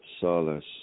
solace